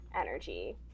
energy